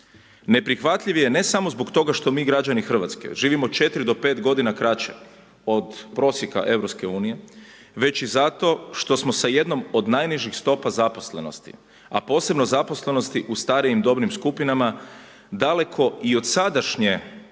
Neprihvatljiv je ne samo zbog toga što mi građani Hrvatske živimo 4 do 5 godina kraće od prosjeka Europske unije, već i zato što smo sa jednom od najnižih stopa zaposlenosti, a posebno zaposlenosti u starijim dobnim skupinama daleko i od sadašnje